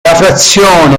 frazione